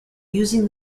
using